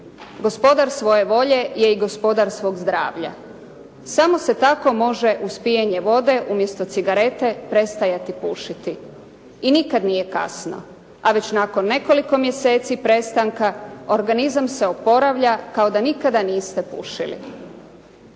Gospodar svoje volje je i gospodar svog zdravlja. Samo se tako može uz pijenje vode umjesto cigarete prestajati pušiti. I nikad nije kasno. A već nakon nekoliko mjeseci prestanka, organizam se oporavlja kao da nikada niste pušili.